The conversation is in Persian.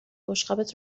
بشقابت